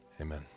Amen